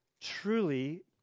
truly